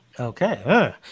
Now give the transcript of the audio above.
Okay